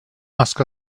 ask